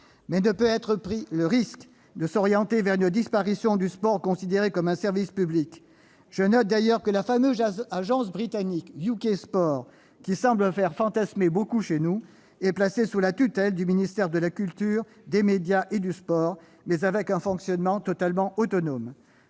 on ne saurait prendre le risque de s'orienter vers une disparition du sport considéré comme un service public. Je note d'ailleurs que la fameuse agence britannique UK Sport, qui semble susciter beaucoup de fantasmes chez nous, est placée sous la tutelle du ministère de la culture, des médias et du sport, mais avec un fonctionnement totalement autonome.